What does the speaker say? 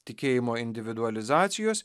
tikėjimo individualizacijos